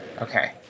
Okay